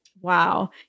Wow